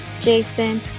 Jason